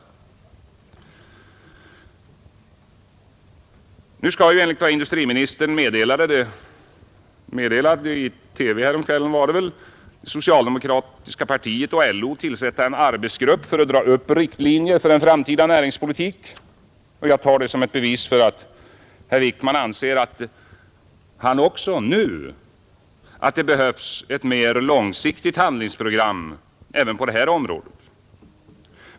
Nu skall ju enligt vad industriministern meddelat — det var väl i TV ST häromkvällen — socialdemokratiska partiet och LO tillsätta en arbetsgrupp för att dra upp riktlinjer för en framtida näringspolitik. Jag tar det som ett bevis för att också herr Wickman nu anser att det behövs ett mer långsiktigt handlingsprogram även på det här området.